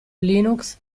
linux